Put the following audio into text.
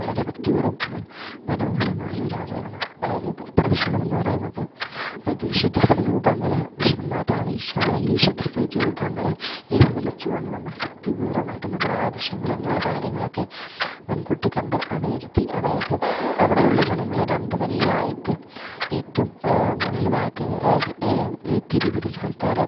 വളരെ ഭക്തിപൂർവം എന്നാൽ മനോഹരമായ ഒരാചാരമാണ് അതായത് പ്രദിക്ഷിണമെന്ന് പറയുന്നത് അതായത് വിശുദ്ധരുടെ രൂപങ്ങൾ വിശുദ്ധ മാതാവ് ഈശോ അല്ലെങ്കിൽ വിശുദ്ധരുടെ രൂപങ്ങൾ എഴുന്നള്ളിച്ചുകൊണ്ട് നമ്മൾ ഭക്തിപൂർവ്വമായിട്ട് നമ്മളെ ആവശ്യങ്ങൾ അങ്ങനെയുള്ള കാര്യങ്ങളൊക്കെ മുൻകൂട്ടി കണ്ട് അണിനിരത്തി അതായത് അവിടെയുള്ള ജനങ്ങളെ രണ്ടു വരികളായിട്ട് ഏറ്റവും മുകളിൽ വാതിൽ അത് ഏത് ഈ തിരിപിടിച്ച ആൽത്താര